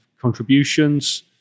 contributions